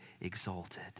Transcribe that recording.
exalted